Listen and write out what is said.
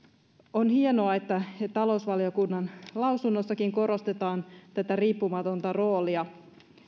on hienoa että talousvaliokunnan lausunnossakin korostetaan tätä riippumatonta roolia